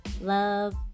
love